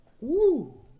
Woo